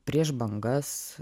prieš bangas